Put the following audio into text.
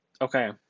Okay